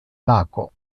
laco